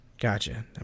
Gotcha